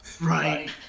Right